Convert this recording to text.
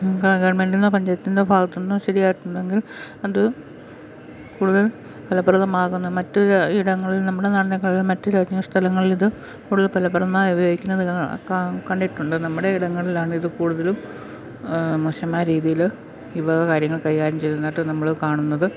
ഗവൺമെന്റിന്റെയോ പഞ്ചായത്തിന്റെയോ ഭാഗത്തുനിന്ന് ശരിയായിട്ടുണ്ടെങ്കിൽ അത് കൂടുതൽ ഫലപ്രദമാകുന്ന മറ്റു ഇടങ്ങളിൽ നമ്മുടെ നാടിനെക്കാളും മറ്റ് രാജ്യങ്ങളിലെ സ്ഥലങ്ങളിലിത് കൂടുതൽ ഫലപ്രദമായി ഉപയോഗിക്കുന്ന കണ്ടിട്ടുണ്ട് നമ്മുടെ ഇടങ്ങളിലാണിത് കൂടുതലും മോശമായ രീതിയിൽ ഈ വക കാര്യങ്ങൾ കൈകാര്യം ചെയ്യുന്നായിട്ട് നമ്മൾ കാണുന്നത്